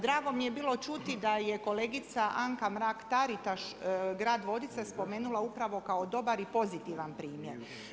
Drago mi je bilo čuti da je kolegica Anka Mrak-Taritaš grad Vodice spomenula upravo kao dobar i pozitivan primjer.